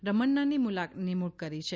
રમન્નાની નિમણુંક કરી છે